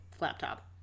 Laptop